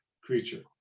creature